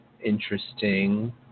interesting